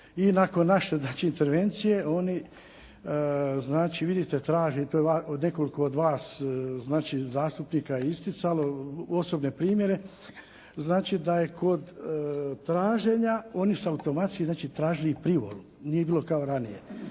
i nakon naše intervencije oni traže i nekoliko od vas zastupnika je isticalo, osobne primjere, znači da je kod tražena oni su automatski tražili i privolu. Nije bilo kao ranije.